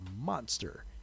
monster